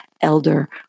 elder